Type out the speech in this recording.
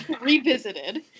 revisited